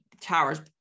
tower's